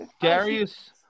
Darius